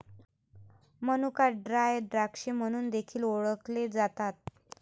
मनुका ड्राय द्राक्षे म्हणून देखील ओळखले जातात